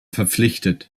verpflichtet